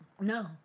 No